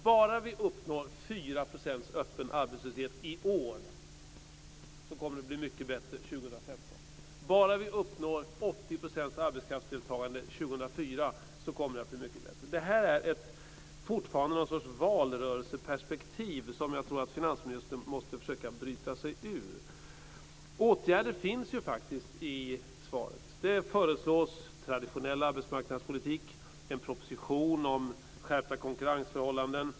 Bara vi uppnår 4 % öppen arbetslöshet i år så kommer det att bli mycket bättre år 2015, säger han. Och bara vi uppnår 80 % arbetskraftsdeltagande år 2004 så kommer det att bli mycket bättre. Finansministern har fortfarande något slags valrörelseperspektiv, som jag tror att han måste försöka bryta sig ur. Åtgärder finns ju faktiskt i svaret. Där föreslås traditionell arbetsmarknadspolitik och en proposition om skärpta konkurrensförhållanden.